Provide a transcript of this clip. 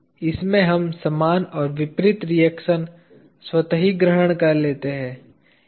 इसमें हम समान और विपरीत रिएक्शन स्वतः ही ग्रहण कर लेते हैं